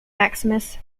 maximus